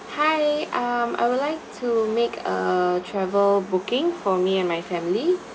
hi um I'd like to make a travel booking for me and my family